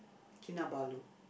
Kinabalu